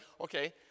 okay